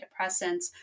antidepressants